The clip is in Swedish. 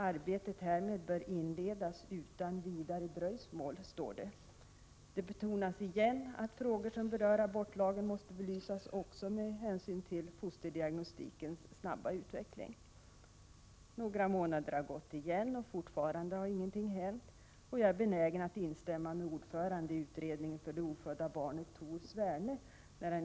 ”Arbetet härmed bör inledas utan vidare dröjsmål”, står det. Det betonades igen att frågor som berör abortlagen, måste belysas också med hänsyn till fosterdiagnostikens snabba utveckling. Ytterligare några månader har gått. Fortfarande har inget hänt. Jag är benägen att instämma med ordföranden i utredningen om det ofödda barnet, Tor Sverne.